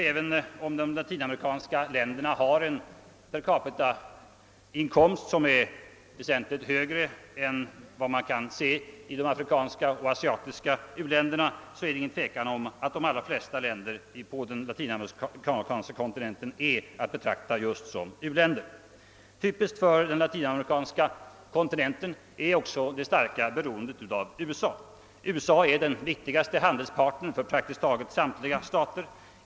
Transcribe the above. även om de latinamerikanska länderna har en per capitainkomst som är väsentligt högre än i de afrikanska och asiatiska u-länderna, är det ingen tvekan om att de allra flesta länderna på den latinamerikanska kontinenten är att betrakta just som uländer. Typiskt för kontinenten är också det starka beroendet av USA. USA är den viktigaste handelspartnern för praktiskt taget samtliga stater.